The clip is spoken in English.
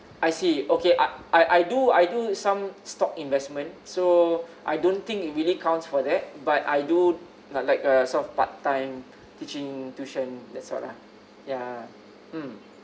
I see okay I I I do I do some stock investments so I don't think it really counts for that but I do like like uh sort of part time teaching tuition that's all lah yeah mm